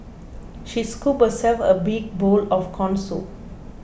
she scooped herself a big bowl of Corn Soup